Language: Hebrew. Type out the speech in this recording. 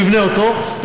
שיבנה אותו,